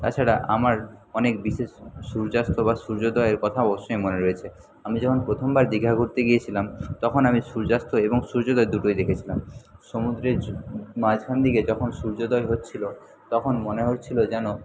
তাছাড়া আমার অনেক বিশেষ সূর্যাস্ত বা সূর্যোদয়ের কথা অবশ্যই মনে রয়েছে আমি যখন প্রথমবার দিঘা ঘুরতে গিয়েছিলাম তখন আমি সূর্যাস্ত এবং সূর্যোদয় দুটোই দেখেছিলাম সমুদ্রের য মাঝখান দিকে যখন সূর্যদয় হচ্ছিলো তখন মনে হচ্ছিলো যেন